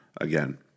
Again